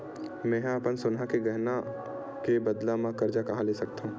मेंहा अपन सोनहा के गहना के बदला मा कर्जा कहाँ ले सकथव?